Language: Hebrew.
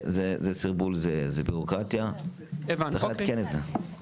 יש פה סרבול ובירוקרטיה, וצריך לעדכן את זה.